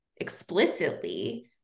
explicitly